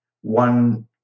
one